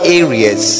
areas